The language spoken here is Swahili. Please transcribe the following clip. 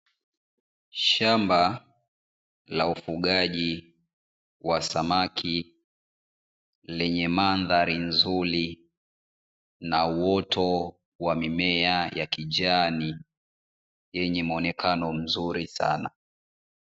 Shamba la ufugaji wa samaki, lenye mandhari nzuri na uoto wa mimea ya kijani, yenye mwonekano mzuri sana.